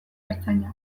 artzaina